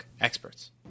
experts